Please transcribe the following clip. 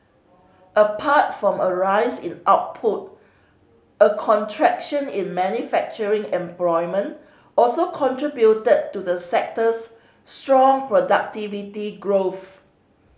apart from a rise in output a contraction in manufacturing employment also contributed to the sector's strong productivity growth